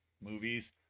movies